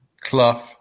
Clough